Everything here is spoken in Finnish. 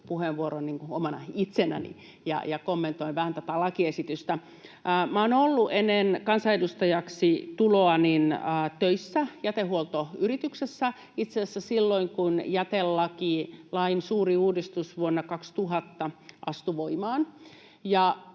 puheenvuoron niin kuin omana itsenäni ja kommentoin vähän tätä lakiesitystä. Olen ollut ennen kansanedustajaksi tuloa töissä jätehuoltoyrityksessä — itse asiassa silloin, kun jätelain suuri uudistus vuonna 2000 astui voimaan